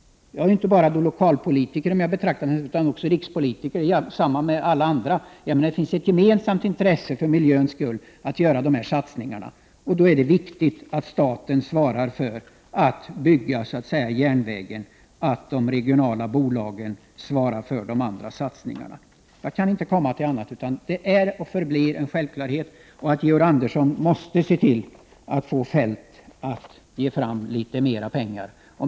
Jag är ju inte bara lokalpolitiker utan också rikspolitiker. Det finns alltså ett gemensamt intresse att för miljöns skull göra dessa satsningar. Då är det viktigt att staten svarar för byggandet av järnvägen och att de regionala bolagen svarar för de andra satsningarna. Jag kan inte komma till annan ståndpunkt. Detta är och förblir en självklarhet! Georg Andersson måste se till att Feldt ger litet mer pengar till järnvägsbyggande!